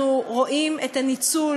אנחנו רואים את הניצול